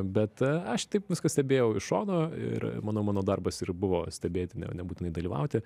bet aš taip viską stebėjau iš šono ir manau mano darbas ir buvo stebėti ne nebūtinai dalyvauti